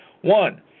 one